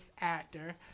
actor